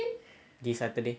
this saturday